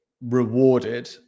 rewarded